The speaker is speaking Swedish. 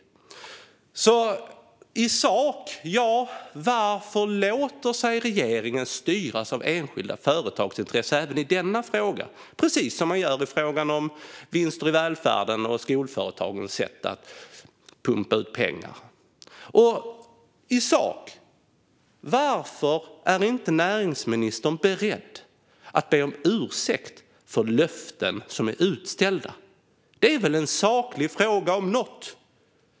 I sak undrar jag varför regeringen låter sig styras av enskilda företags intressen även i denna fråga, precis som i fråga om vinster i välfärden och skolföretagens sätt att suga ut pengar. I sak undrar jag också varför näringsministern inte är beredd att be om ursäkt för ouppfyllda löften. Det om något är väl en saklig fråga.